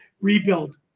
rebuild